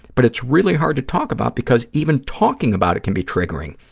but it's really hard to talk about because even talking about it can be triggering.